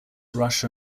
russia